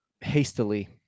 hastily